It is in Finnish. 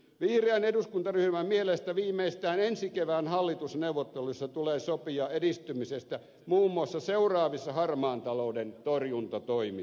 vihreän eduskuntaryhmän mielestä viimeistään ensi kevään hallitusneuvotteluissa tulee sopia edistymisestä muun muassa seuraavissa harmaan talouden torjuntatoimissa